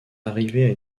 arrivés